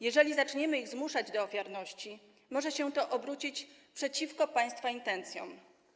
Jeżeli zaczniemy ich zmuszać do ofiarności, może się to obrócić przeciwko państwa intencjom.